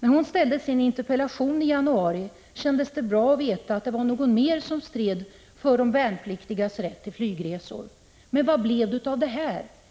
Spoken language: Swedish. När hon framställde sin interpellation i januari kändes det bra att veta att det finns någon annan som också strider för de värnpliktigas rätt till flygresor. Men vad blev det av det hela?